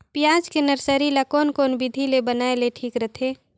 पियाज के नर्सरी ला कोन कोन विधि ले बनाय ले ठीक रथे?